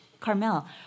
Carmel